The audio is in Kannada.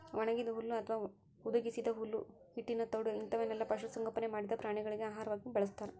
ಒಣಗಿದ ಹುಲ್ಲು ಅತ್ವಾ ಹುದುಗಿಸಿದ ಹುಲ್ಲು ಹಿಟ್ಟಿನ ತೌಡು ಇಂತವನ್ನೆಲ್ಲ ಪಶು ಸಂಗೋಪನೆ ಮಾಡಿದ ಪ್ರಾಣಿಗಳಿಗೆ ಆಹಾರ ಆಗಿ ಬಳಸ್ತಾರ